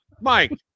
Mike